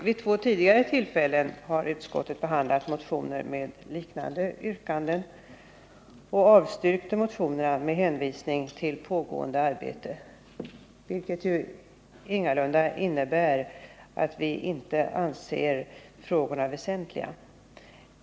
Vid två tidigare tillfällen har utskottet behandlat motioner med liknande yrkanden och avstyrkt dessa motioner med hänsyn till pågående arbete, vilket ju ingalunda innebär att vi inte anser frågorna vara väsentliga.